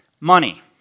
Money